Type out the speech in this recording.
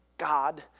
God